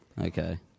Okay